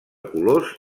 colors